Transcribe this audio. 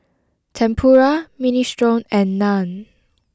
Tempura Minestrone and Naan